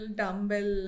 dumbbell